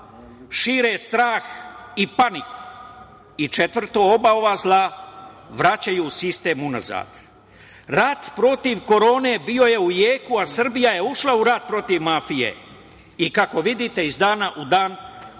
šire strah i paniku. I četvrto, oba ova zla vraćaju sistem unazad. Rat protiv Korone bio je u jeku, a Srbija je ušla u rat protiv mafije. I kako vidite iz dana u dan